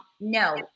No